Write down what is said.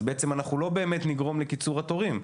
אז בעצם אנחנו לא באמת נגרום לקיצור התורים.